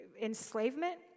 enslavement